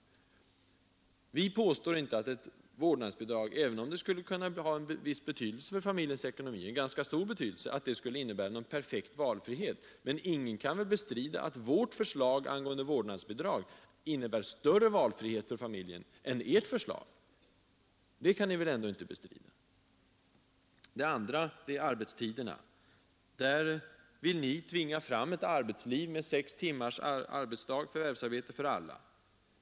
Vi påstår inte att ett vårdnadsbidrag, även om det skulle ha en ganska stor betydelse för familjens ekonomi, skulle innebära någon perfekt valfrihet. Men ingen kan väl bestrida att vårt förslag angående vårdnadsbidrag innebär större valfrihet för familjen än ert förslag. Det andra är arbetstiderna. Där vill ni tvinga fram ett arbetsliv med sex timmars förvärvsarbete per dag för alla.